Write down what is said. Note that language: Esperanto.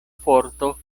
forto